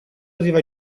arriva